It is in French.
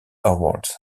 awards